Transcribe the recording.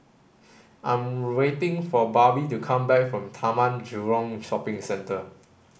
I'm waiting for Barbie to come back from Taman Jurong Shopping Centre